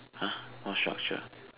!huh! what structure